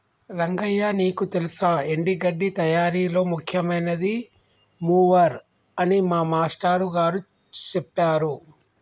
రంగయ్య నీకు తెల్సా ఎండి గడ్డి తయారీలో ముఖ్యమైనది మూవర్ అని మా మాష్టారు గారు సెప్పారు